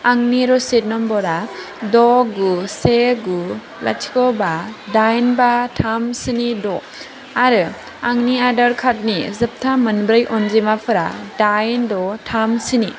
आंनि रसिद नम्बरा द' गु से गु लाथिख' बा दाइन बा थाम स्नि द' आरो आंनि आदार कार्ड नि जोबथा मोनब्रै अनजिमाफोरा दाइन द' थाम स्नि